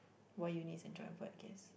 why uni is enjoyable I guess